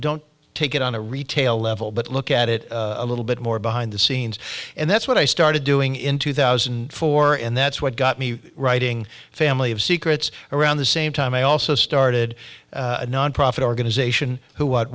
don't take it on a retail level but look at it a little bit more behind the scenes and that's what i started doing in two thousand and four and that's what got me writing family of secrets around the same time i also started a nonprofit organization who what